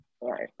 right